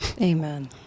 Amen